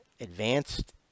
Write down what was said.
advanced